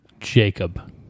Jacob